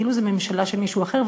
כאילו זו ממשלה של מישהו אחר,